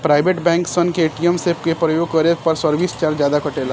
private bank सन के ATM के उपयोग करे पर सर्विस चार्ज जादा कटेला